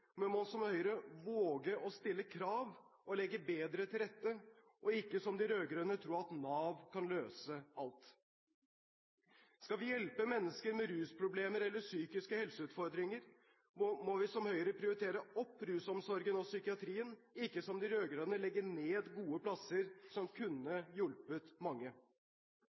uføre, må man, som Høyre, våge å stille krav og legge bedre til rette, og ikke som de rød-grønne tro at Nav kan løse alt. Skal vi hjelpe mennesker med rusproblemer eller psykiske helseutfordringer, må vi, som Høyre, prioritere opp rusomsorgen og psykiatrien, ikke som de rød-grønne legge ned gode plasser som kunne hjulpet mange.